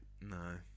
no